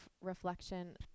reflection